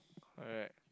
alright